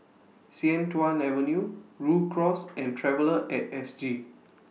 Sian Tuan Avenue Rhu Cross and Traveller At S G